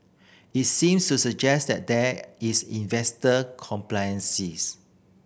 it seems to suggest that there is investor complacencies